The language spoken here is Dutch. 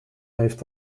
heeft